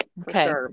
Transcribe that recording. Okay